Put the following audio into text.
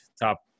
Top